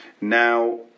now